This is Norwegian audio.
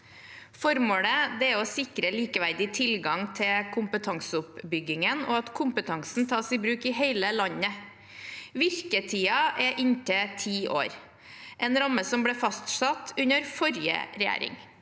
Formålet er å sikre likeverdig tilgang til kompetanseoppbyggingen og at kompetansen tas i bruk i hele landet. Virketiden er inntil ti år, en ramme som ble fastsatt under forrige regjering.